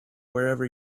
wherever